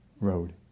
road